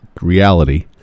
reality